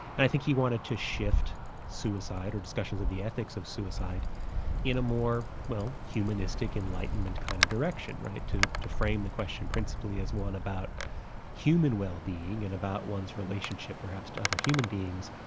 and i think he wanted to shift suicide, or discussions of the ethics of suicide in a more, well humanistic, enlightenment kind of direction, right, to to frame the question principally as one about human wellbeing and about one's relationship perhaps to other human beings,